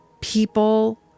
People